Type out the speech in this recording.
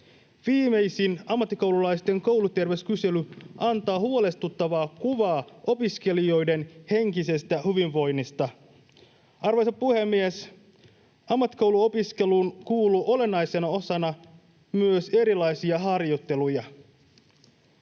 Viimeisin ammattikoululaisten kouluterveyskysely antaa huolestuttavaa kuvaa opiskelijoiden henkisestä hyvinvoinnista. Arvoisa puhemies! Ammattikouluopiskeluun kuuluu olennaisena osana myös erilaisia harjoitteluja.